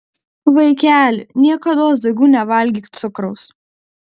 vaikeli niekados daugiau nevalgyk cukraus